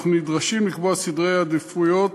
אנחנו נדרשים לקבוע סדרי עדיפויות